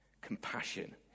compassion